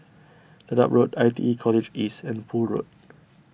Dedap Road I T E College East and Poole Road